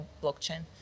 blockchain